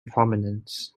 prominence